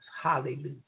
Hallelujah